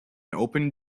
open